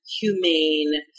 humane